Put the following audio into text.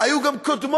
היו גם קודמות,